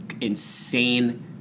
insane